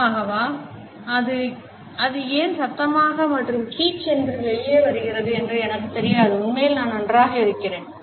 நிஜமாகவா அது ஏன் சத்தமாக மற்றும் கீச் என்று வெளியே வருகிறது என்று எனக்கு தெரியாது உண்மையில் நான் நன்றாக இருக்கிறேன்